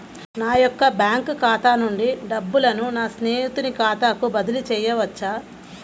నా యొక్క బ్యాంకు ఖాతా నుండి డబ్బులను నా స్నేహితుని ఖాతాకు బదిలీ చేయవచ్చా?